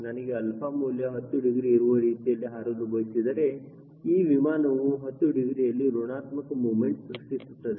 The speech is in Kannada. ನನಗೆ 𝛼 ಮೌಲ್ಯ 10 ಡಿಗ್ರಿ ಇರುವ ರೀತಿಯಲ್ಲಿ ಹಾರಲು ಬಯಸಿದರೆ ಈ ವಿಮಾನವು 10 ಡಿಗ್ರಿಯಲ್ಲಿ ಋಣಾತ್ಮಕ ಮೊಮೆಂಟ್ ಸೃಷ್ಟಿಸುತ್ತದೆ